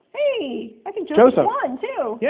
hey, i think joseph, ah too. yeah